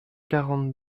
quarante